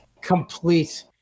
complete